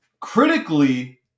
critically